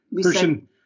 person